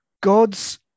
God's